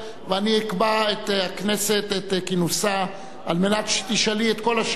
ואני אקבע את כינוסה של הכנסת על מנת שתשאלי את כל השאלות.